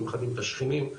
לא מכבדים את השכנים,